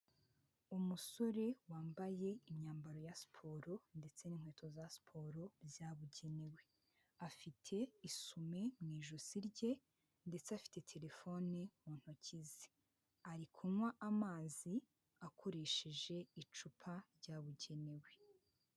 Umusore wambaye imyambaro ya siporo ndetse n'inkweto za siporo byabugenewe, afite isume mu ijosi rye ndetse afite telefoni mu ntoki ze, ari kunywa amazi akoresheje icupa ryabugenewe.